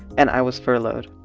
and i was furloughed.